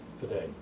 today